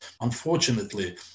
unfortunately